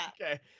okay